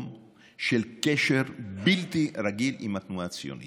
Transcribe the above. של קשר בלתי רגיל עם התנועה הציונית.